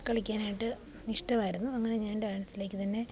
കളിക്കാനായിട്ട് ഇഷ്ടമായിരുന്നു അങ്ങനെ ഞാൻ ഡാൻസിലേക്ക് തന്നെ